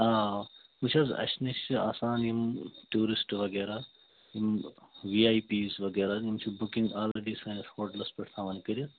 آ وُچھ حظ اَسہِ نِش چھِ آسان یِم ٹوٗرِشٹ وغیرہ یِم وی آیۍ پیٖز وغیرہ یِم چھِ بُکِنگ آلرٔڈی سٲنِس ہوٹلَس پٮ۪ٹھ تھاوان کٔرِتھ